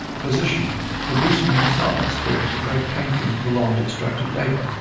a physician, who had recently herself experienced a very painful and prolonged obstructed labour,